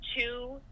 two